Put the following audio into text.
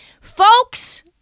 Folks